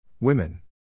Women